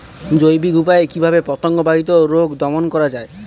জৈবিক উপায়ে কিভাবে পতঙ্গ বাহিত রোগ দমন করা যায়?